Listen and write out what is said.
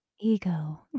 ego